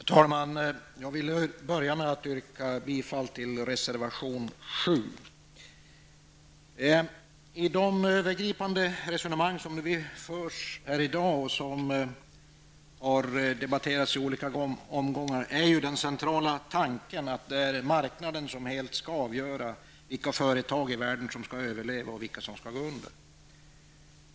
Herr talman! Jag vill börja med att yrka bifall till reservation 7. I de övergripande resonemang som förs här i dag och som har debatterats i olika omgångar är den centrala tanken att det är marknaden som helt skall avgöra vilka företag i världen som skall överleva och vilka som skall gå under.